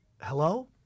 hello